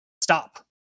stop